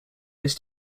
this